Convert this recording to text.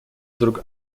вдруг